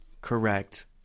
correct